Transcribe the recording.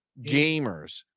gamers